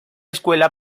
escuela